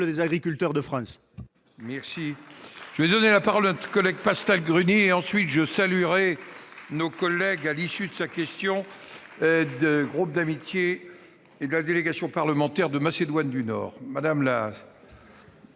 des agriculteurs de France.